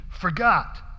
forgot